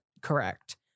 correct